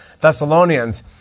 Thessalonians